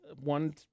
one